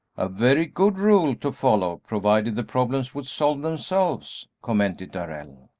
a very good rule to follow, provided the problems would solve themselves, commented darrell.